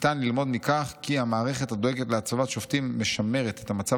ניתן ללמוד מכך כי המערכת הדואגת להצבת שופטים משמרת את המצב